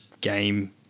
game